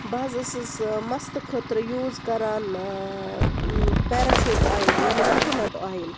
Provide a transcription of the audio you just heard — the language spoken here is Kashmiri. بہٕ حظ ٲسٕس ٲں مَستہٕ خٲطرٕ یوٗز کران ٲں پیراشوٗٹ اویِل یعنی کوکونٹ اویِل